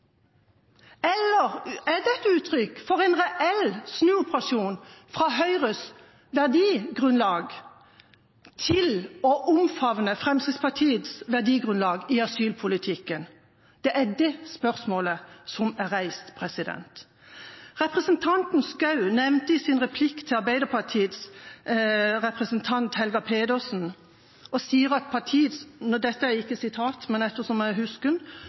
Eller er dette uttrykk for en reell snuoperasjon fra Høyres verdigrunnlag til å omfavne Fremskrittspartiets verdigrunnlag i asylpolitikken? Det er det spørsmålet som er reist. Representanten Schou pekte i sin replikk til Arbeiderpartiets representant, Helga Pedersen, på at – dette er ikke sitat, men